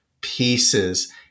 pieces